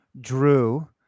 Drew